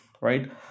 right